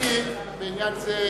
אני בעניין זה,